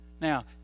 Now